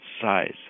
size